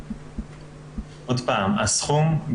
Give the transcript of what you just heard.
עוד פעם הסכום,